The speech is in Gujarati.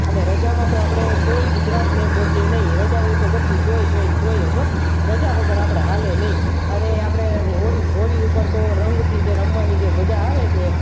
અને રજામાં તો આપણે કોઈ ગુજરાતને પહોંચે નહીં રજાઓ તો બધી જોઈએ જોઈએ ને જોઈએ જ હોં રજા વગર આપણે ચાલે નહીં અને આપણે હોળી હોળી ઉપર તો રંગથી જે રમવાની જે મજા આવે છે